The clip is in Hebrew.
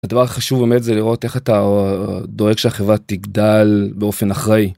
הדבר החשוב באמת זה לראות איך אתה דואג שהחברה תגדל באופן אחראי.